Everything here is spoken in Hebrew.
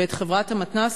ואת חברת המתנ"סים,